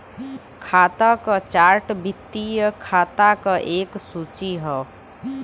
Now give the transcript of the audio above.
खाता क चार्ट वित्तीय खाता क एक सूची हौ